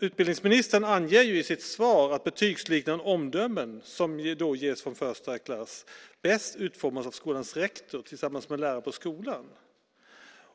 Utbildningsministern anger i sitt svar att betygsliknande omdömen som ges från första klass bäst utformas av skolans rektor tillsammans med lärare på skolan